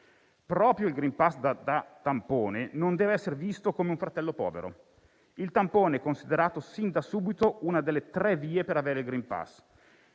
Proprio il *green pass* da tampone non deve essere visto come un fratello povero. Il tampone, considerato sin da subito una delle tre vie per avere il *green pass*,